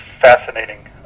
fascinating